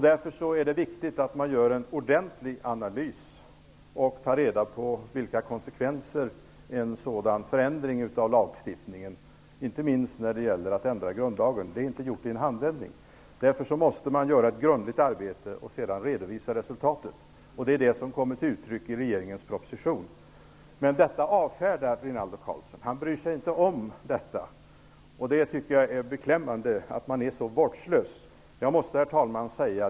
Därför är det viktigt att man gör en ordentlig analys för att ta reda på vilka konsekvenser en sådan förändring av lagstiftningen innebär, inte minst i fråga om att ändra grundlagen -- det är inte gjort i en handvändning. Därför måste man göra ett grundligt arbete och sedan redovisa resultatet. Det är detta som kommer till uttryck i regeringens proposition. Men detta avfärdar Rinaldo Karlsson. Han bryr sig inte om det. Jag tycker att det är beklämmande att man är så vårdslös. Herr talman!